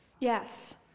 Yes